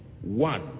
One